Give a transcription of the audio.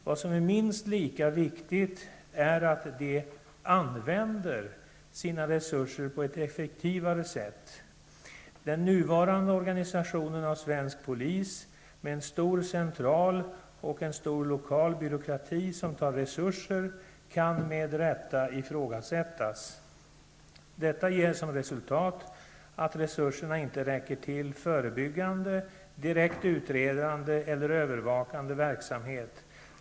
Vad som är minst lika viktigt är att polisen använder sina resurser på ett effektivare sätt. Den nuvarande organisationen av svensk polis med en stor central och lokal byråkrati som tar resurser, kan med rätta ifrågasättas. Detta ger som resultat att resurserna inte räcker till förebyggande, direkt utredande eller övervakande verksamhet.